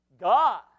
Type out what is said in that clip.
God